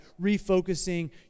refocusing